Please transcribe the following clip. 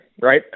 right